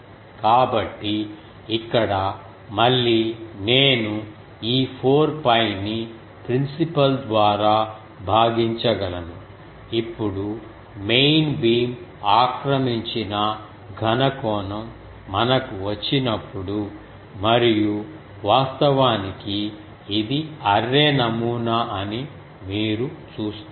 కాబట్టి ఇక్కడ మళ్ళీ నేను ఈ 4 𝜋 ని ప్రిన్సిపల్ ద్వారా భాగించగలను ఇప్పుడు మెయిన్ బీమ్ ఆక్రమించిన ఘన కోణం మనకు వచ్చినప్పుడు మరియు వాస్తవానికి ఇది అర్రే నమూనా అని మీరు చూస్తారు